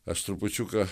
aš trupučiuką